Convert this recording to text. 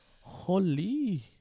Holy